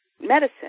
medicine